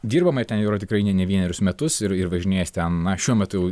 dirbama ten jau yra tikrai ne ne vienerius metus ir ir važinės ten na šiuo metu